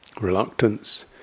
Reluctance